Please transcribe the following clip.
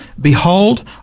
behold